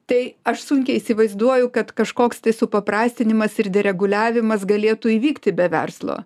tai aš sunkiai įsivaizduoju kad kažkoks suprastinimas ir dereguliavimas galėtų įvykti be verslo